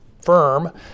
firm